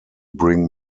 bring